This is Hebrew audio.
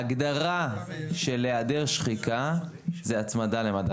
ההגדרה של היעדר שחיקה זו הצמדה למדד.